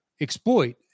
exploit